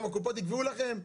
גם הקופות יקבעו לכם,